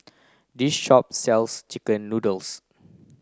this shop sells chicken noodles